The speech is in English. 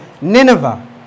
Nineveh